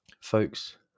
folks